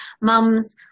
mums